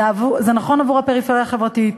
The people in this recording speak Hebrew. זה נכון עבור הפריפריה החברתית,